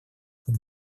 как